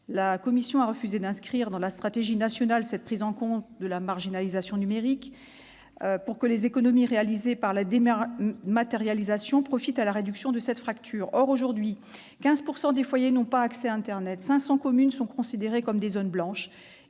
La commission a refusé d'inscrire dans la stratégie nationale cette prise en compte de la marginalisation numérique pour que les économies réalisées par la dématérialisation profitent à la réduction de cette fracture. Or, aujourd'hui, 15 % des foyers n'ont pas accès à internet, 500 communes sont considérées comme des zones blanches